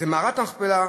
מערת המכפלה,